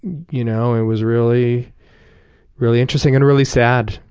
you know it was really really interesting and really sad,